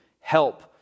help